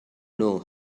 know